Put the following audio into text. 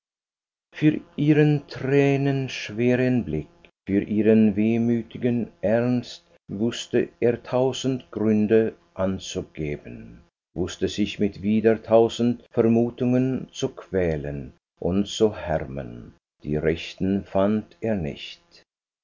für ihren tränenschweren blick für ihren wehmütigen ernst wußte er tausend gründe anzugeben wußte sich mit wieder tausend vermutungen zu quälen und zu härmen die rechten fand er nicht